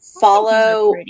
follow